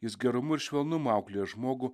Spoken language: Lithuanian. jis gerumu ir švelnumu auklėja žmogų